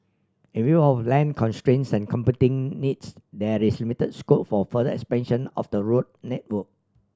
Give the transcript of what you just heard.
in view of land constraint and competing needs there is limited scope for further expansion of the road network